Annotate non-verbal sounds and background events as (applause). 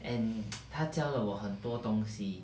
and (noise) 他教了我很多东西